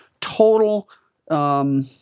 total